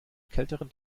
kälteren